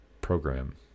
program